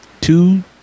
two